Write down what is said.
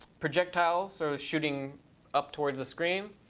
projectiles, or shooting up towards the screen,